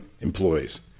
employees